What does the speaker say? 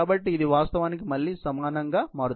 కాబట్టి ఇది వాస్తవానికి మళ్ళీ సమానంగా మారుతుంది 1 0 1